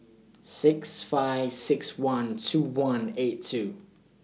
six five six one two one eight two